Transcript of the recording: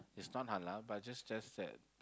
is not halal but just just that